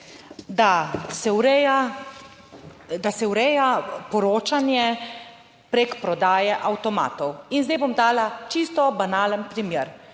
da se ureja poročanje preko prodaje avtomatov in zdaj bom dala čisto banalen primer.